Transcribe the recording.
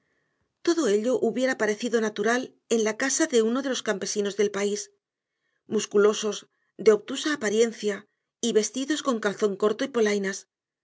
todo ello hubiera parecido natural en la casa de uno de los campesinos del país musculosos de obtusa apariencia y vestidos con calzón corto y polainas